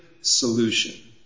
solution